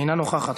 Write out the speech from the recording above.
אינה נוכחת.